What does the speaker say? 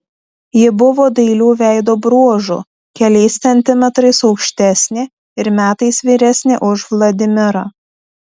ji buvo dailių veido bruožų keliais centimetrais aukštesnė ir metais vyresnė už vladimirą